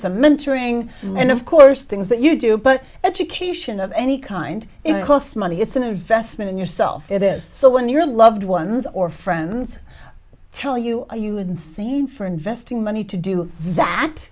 some mentoring and of course things that you do but education of any kind it costs money it's an investment in yourself it is so when your loved ones or friends tell you are you insane for investing money to do that